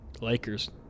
Lakers